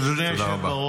תודה רבה.